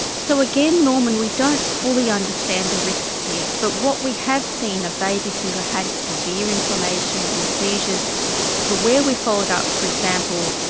so again, norman, we don't fully understand the risks here, but what we have seen are babies who who had severe inflammation and seizures for where we followed up, for example,